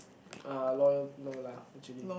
uh loyal no lah actually